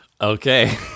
Okay